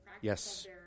Yes